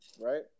right